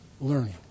learning